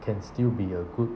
can still be a good